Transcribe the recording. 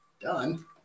Done